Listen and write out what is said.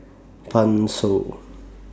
Pan Shou